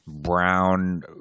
brown